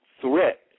threat